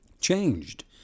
changed